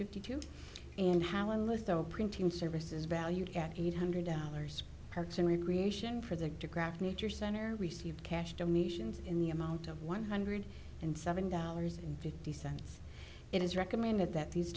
fifty two and how a little printing service is valued get eight hundred dollars parts and recreation for the graphic nature center received cash donations in the amount of one hundred and seven dollars fifty cents it is recommended that these